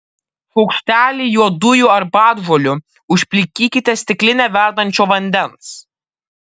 šaukštelį juodųjų arbatžolių užplikykite stikline verdančio vandens